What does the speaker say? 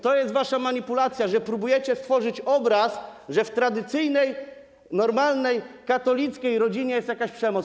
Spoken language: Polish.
To jest wasza manipulacja, że próbujecie stworzyć obraz, że w tradycyjnej normalnej katolickiej rodzinie jest jakaś przemoc.